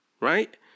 right